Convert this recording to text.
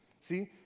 See